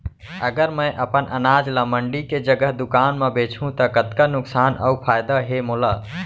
अगर मैं अपन अनाज ला मंडी के जगह दुकान म बेचहूँ त कतका नुकसान अऊ फायदा हे मोला?